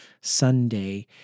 Sunday